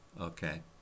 Okay